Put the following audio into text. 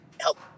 help